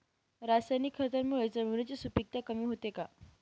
रासायनिक खतांमुळे जमिनीची सुपिकता कमी होते का?